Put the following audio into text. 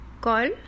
call